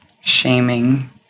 shaming